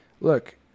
look